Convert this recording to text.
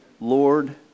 Lord